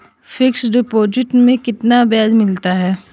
Fix deposit में कितना ब्याज मिलता है?